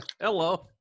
hello